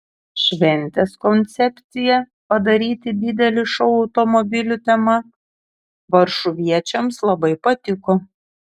šventės koncepcija padaryti didelį šou automobilių tema varšuviečiams labai patiko